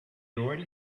already